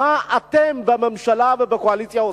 מה אתם בממשלה ובקואליציה עושים?